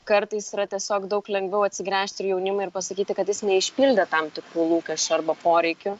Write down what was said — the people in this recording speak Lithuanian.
kartais yra tiesiog daug lengviau atsigręžt į jaunimą ir pasakyti kad jis neišpildė tam tikrų lūkesčių arba poreikių